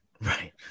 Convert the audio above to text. Right